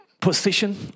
position